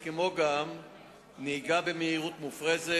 3. מה עושה המשטרה